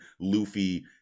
Luffy